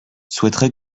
souhaiterait